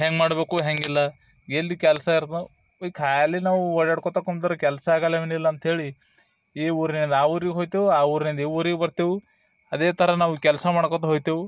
ಹೆಂಗೆ ಮಾಡಬೇಕು ಹೆಂಗೆ ಇಲ್ಲ ಎಲ್ಲಿ ಕೆಲಸ ಇರ್ಬಾರ್ದು ಖಾಲಿ ನಾವು ಓಡಾಡ್ಕೋತ ಕುಂತ್ರೆ ಕೆಲಸ ಆಗೋಲ್ಲ ಏನು ಇಲ್ಲ ಅಂತ ಹೇಳಿ ಈ ಊರಿನಿಂದ ಆ ಊರಿ್ಗೆ ಹೋಗ್ತೆವು ಆ ಊರ್ನಿಂದ ಈ ಊರಿಗೆ ಬರ್ತೇವೆ ಅದೇ ಥರ ನಾವು ಕೆಲಸ ಮಾಡ್ಕೊತಾ ಹೋಗ್ತೇವು